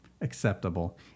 acceptable